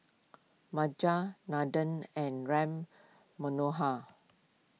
Majat Nandan and Ram Manohar